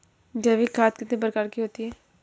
जैविक खाद कितने प्रकार की होती हैं?